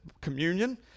communion